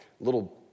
little